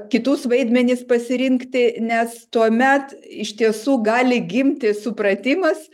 kitus vaidmenis pasirinkti nes tuomet iš tiesų gali gimti supratimas